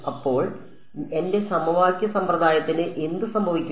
അപ്പോൾ ഇപ്പോൾ എന്റെ സമവാക്യ സമ്പ്രദായത്തിന് എന്ത് സംഭവിക്കും